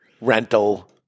rental